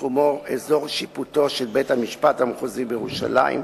שתחומו אזור שיפוטו של בית-המשפט המחוזי בירושלים,